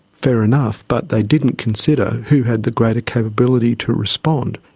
fair enough, but they didn't consider who had the greater capability to respond.